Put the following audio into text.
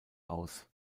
aus